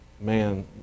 Man